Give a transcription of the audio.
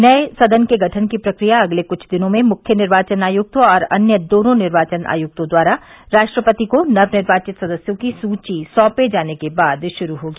नये सदन के गठन की प्रक्रिया अगले कुछ दिनों में मुख्य निर्वाचन आयुक्त और अन्य दोनों निर्वाचन आयुक्तों द्वारा राष्ट्रपति को नवनिर्वाचित सदस्यों की सूची सौंपे जाने के बाद शुरू होगी